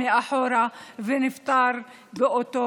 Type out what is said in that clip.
ובזמן